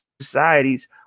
societies